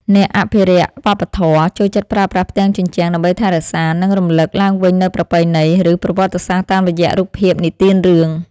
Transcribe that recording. អ្នកអភិរក្សវប្បធម៌ ចូលចិត្តប្រើប្រាស់ផ្ទាំងជញ្ជាំងដើម្បីថែរក្សា និងរំលឹកឡើងវិញនូវប្រពៃណី ឬប្រវត្តិសាស្ត្រតាមរយៈរូបភាពនិទានរឿង។